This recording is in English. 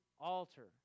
altar